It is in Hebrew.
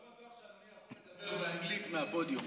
אני לא בטוח שאדוני יכול לדבר באנגלית מהפודיום,